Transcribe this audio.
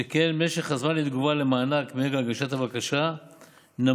שכן משך הזמן לתגובה למענק מרגע הגשת הבקשה קצר,